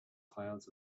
clouds